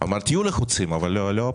תהיו לחוצים, אבל לא הפעם.